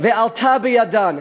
"ועלתה בידן",